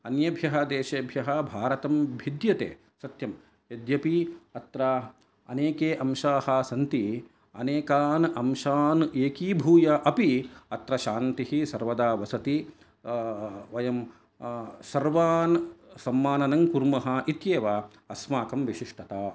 अन्येभ्यः देशेभ्यः भारतं भिद्यते सत्यम् यद्यपि अत्र अनेके अंशाः सन्ति अनेकान् अंशान् एकीभूय अपि अत्र शान्तिः सर्वदा वसति वयं सर्वान् सम्माननं कुर्मः इत्येव अस्माकं विशिष्टता